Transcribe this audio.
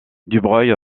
dubreuil